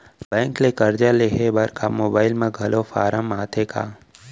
Bank ले करजा लेहे बर का मोबाइल म घलो फार्म आथे का?